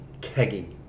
kegging